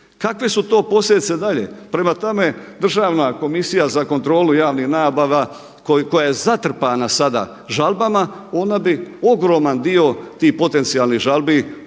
Kakve su to posljedice dalje. Prema tome, Državna komisija za kontrolu javnih nabava koja je zatrpana sada žalbama ona bi ogroman dio tih potencijalnih žalbi neće